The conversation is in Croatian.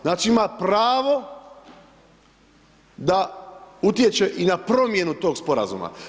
Znači, ima pravo da utječe i na promjenu tog sporazuma.